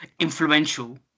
Influential